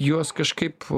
juos kažkaip